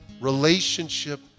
relationship